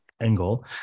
angle